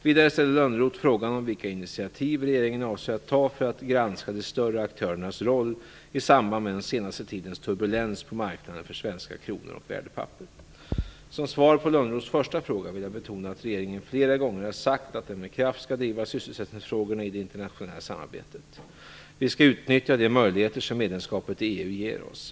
Vidare ställer Lönnroth frågan om vilka initiativ regeringen avser att ta för att granska de större aktörernas roll i samband med den senaste tidens turbulens på marknaden för svenska kronor och värdepapper. Som svar på Lönnroths första fråga vill jag betona att regeringen flera gånger har sagt att den med kraft skall driva sysselsättningsfrågorna i det internationella samarbetet. Vi skall utnyttja de möjligheter som medlemskapet i EU ger oss.